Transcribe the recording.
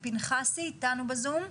שלום.